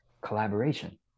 collaboration